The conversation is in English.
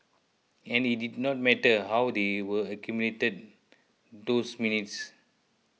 and it did not matter how they were accumulated those minutes